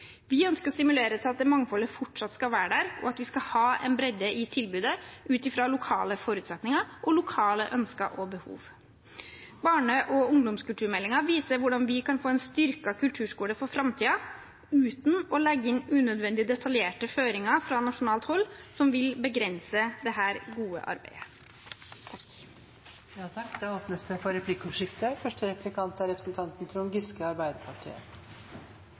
Vi ønsker å stimulere til at det mangfoldet fortsatt skal være der, og at vi skal ha en bredde i tilbudet utfra lokale forutsetninger og lokale ønsker og behov. Barne- og ungdomskulturmeldingen viser hvordan vi kan få en styrket kulturskole for framtiden uten å legge inn unødvendig detaljerte føringer fra nasjonalt hold som vil begrense dette gode arbeidet. Det blir replikkordskifte. Det